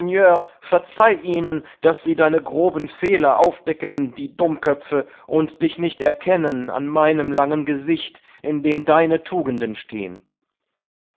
verzeih ihnen daß sie deine groben fehler aufdecken die dummköpfe und dich nicht erkennen an meinem langen gesicht in dem deine tugenden stehn